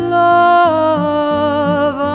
love